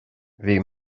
bhí